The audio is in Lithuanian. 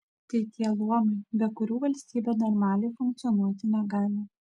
tai tie luomai be kurių valstybė normaliai funkcionuoti negali